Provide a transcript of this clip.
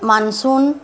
monsoon